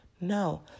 No